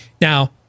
Now